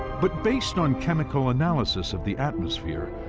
but based on chemical analysis of the atmosphere,